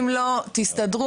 אם לא תסתדרו,